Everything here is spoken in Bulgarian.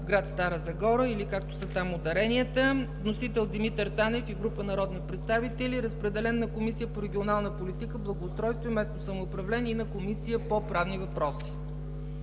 град Стара Загора. Вносители – Димитър Танев и група народни представители. Разпределен е на Комисията по регионална политика, благоустройство и местно самоуправление и на Комисията по правни въпроси.